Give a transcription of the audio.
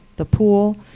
the pool,